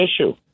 issue